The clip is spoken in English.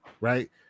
right